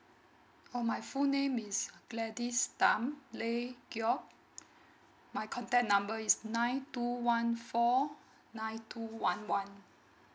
oh my full name is gladys tam ley geok your my contact number is nine two one four nine two one one